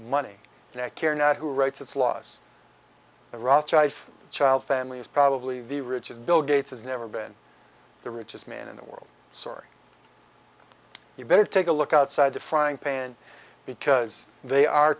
money and i care not who writes it's laws iraq child families probably the richest bill gates has never been the richest man in the world sorry you better take a look outside the frying pan because they are